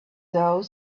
though